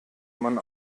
man